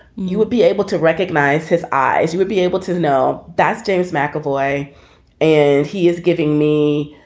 you would be able to recognize his eyes. you would be able to know. that's james mcavoy and he is giving me,